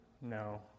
No